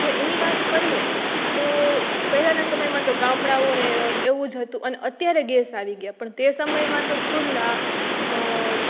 જો એની વાત કરીએ તો પહેલાના સમયમાં તો ગામડાઓને એવું જ હતું અને અત્યારે ગેસ આવી ગયાં પણ તે સમયમાં તો ચૂલા